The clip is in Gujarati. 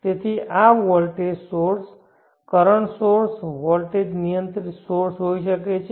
તેથી આ વોલ્ટેજ કરંટ સોર્સ વોલ્ટેજ નિયંત્રિત સોર્સ હોઈ શકે છે